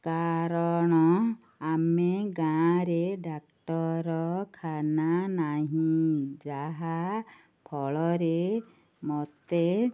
କାରଣ ଆମ ଗାଁରେ ଡାକ୍ଟରଖାନା ନାହିଁ ଯାହାଫଳରେ ମୋତେ